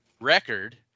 Record